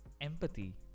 empathy